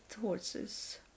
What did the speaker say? horses